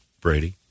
Brady